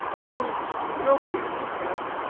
opposed to nobody's interest,